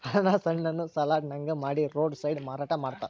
ಅನಾನಸ್ ಹಣ್ಣನ್ನ ಸಲಾಡ್ ನಂಗ ಮಾಡಿ ರೋಡ್ ಸೈಡ್ ಮಾರಾಟ ಮಾಡ್ತಾರ